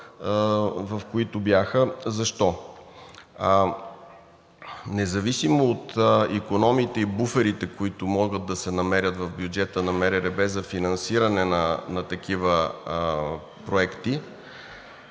в които бяха. Защо? Независимо от икономиите и буферите, които могат да се намерят в бюджета на МРРБ за финансиране на такива проекти,